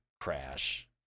crash